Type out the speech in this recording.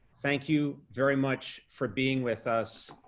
thank you very much for being with us.